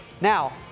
Now